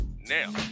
Now